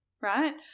right